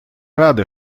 рады